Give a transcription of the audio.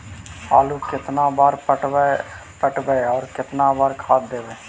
आलू केतना बार पटइबै और केतना बार खाद देबै?